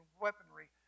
weaponry